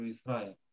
Israel